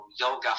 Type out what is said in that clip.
yoga